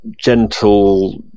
gentle